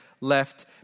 left